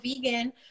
Vegan